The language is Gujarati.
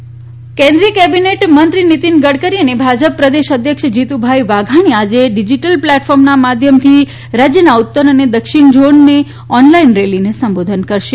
ભાજપ વર્ચ્યુઅલ રેલી કેન્દ્રીય કોબિનેટ મંત્રી નીતીન ગડકરી અને ભાજપ પ્રદેશ અધ્યક્ષ જીતુભાઇ વાઘાણી આજે ડિજીટલ પ્લેટફોર્મના માધ્યમથી રાજ્યના ઉત્તર અને દક્ષિણ ઝોનની ઓનલાઇન રેલીને સંબોધન કરશે